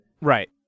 Right